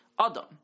Adam